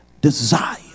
desire